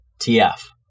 TF